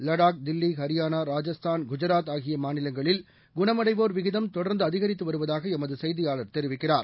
லடாக் தில்லி ஹரியானா ராஜஸ்தான் குஜராத் ஆகியமாநிலங்களில் குணமடைவோர் விகிதம் தொடர்ந்துஅதிகரித்துவருவதாகஎமதுசெய்தியாளர் தெரிவிக்கிறார்